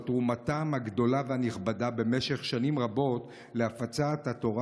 על תרומתם הגדולה והנכבדה במשך שנים רבות להפצת התורה